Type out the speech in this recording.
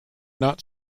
not